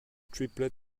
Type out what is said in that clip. triplet